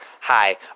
Hi